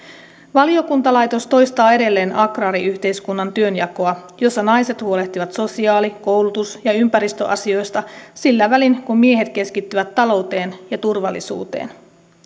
valiokuntalaitos toistaa edelleen agraariyhteiskunnan työnjakoa jossa naiset huolehtivat sosiaali koulutus ja ympäristöasioista sillä välin kun miehet keskittyvät talouteen ja turvallisuuteen